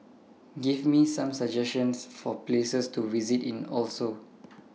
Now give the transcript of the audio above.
Give Me Some suggestions For Places to visit in Oslo